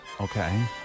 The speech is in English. Okay